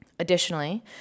Additionally